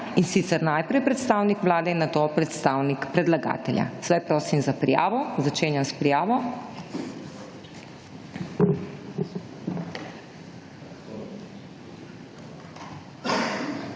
in sicer najprej predstavnik vlade in nato predstavnik predlagatelja. Prosim za prijavo, začenjam s prijavo.